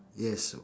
yes